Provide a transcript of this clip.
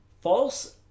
false